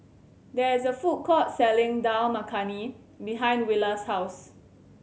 there is a food court selling Dal Makhani behind Willa's house